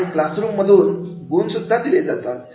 आणि class room मधून गुण सुद्धा दिले जातात